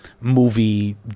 Movie